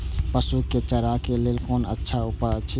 पशु के चारा के लेल कोन अच्छा उपाय अछि?